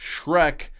Shrek